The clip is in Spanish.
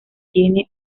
tienen